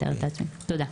תודה.